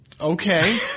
okay